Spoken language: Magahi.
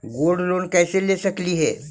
गोल्ड लोन कैसे ले सकली हे?